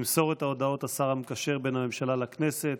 ימסור את ההודעות השר המקשר בין הממשלה לכנסת,